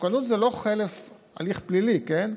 המסוכנות זה לא חלף הליך פלילי, כן?